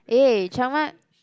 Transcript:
eh Chiang-Mai